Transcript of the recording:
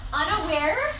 unaware